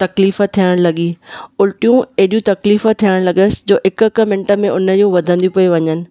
तकलीफ़ु थियणु लॻी उलटियूं एॾियूं तकलीफ़ु थियणु लॻसि जो हिकु हिकु मिंट में उन जूं वधंदियूं पई वञनि